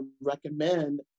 recommend